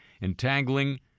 entangling